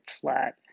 flat